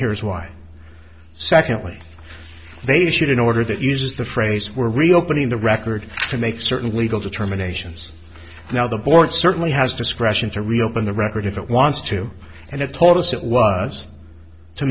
here's why secondly they issued an order that uses the phrase we're reopening the record to make certain legal determinations now the board certainly has discretion to reopen the record if it wants to and it told us it was to